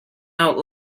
out